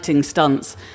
stunts